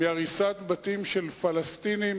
מהריסת בתים של פלסטינים